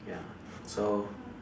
ya so